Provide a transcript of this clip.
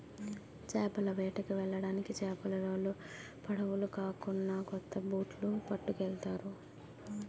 చేపల వేటకి వెళ్ళడానికి చేపలోలు పడవులు కాకున్నా కొత్త బొట్లు పట్టుకెళ్తారు